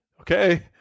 okay